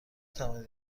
توانید